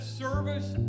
service